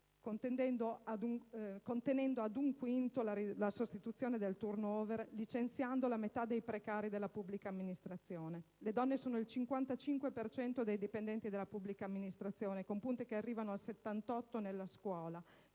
contenendo ad un quinto la sostituzione del *turnover*, licenziando la metà dei precari della pubblica amministrazione. Le donne sono il 55 per cento dei dipendenti della pubblica amministrazione, con punte che arrivano al 78 per cento